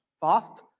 Fast